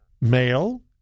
male